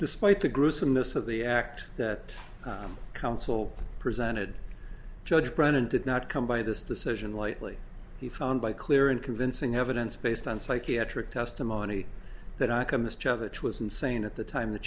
despite the gruesomeness of the act that counsel presented judge brennan did not come by this decision lightly he found by clear and convincing evidence based on psychiatric testimony that i commit was insane at the time that